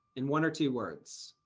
and one or two words.